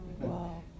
Wow